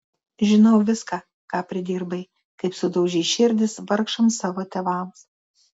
žinau viską ką pridirbai kaip sudaužei širdis vargšams savo tėvams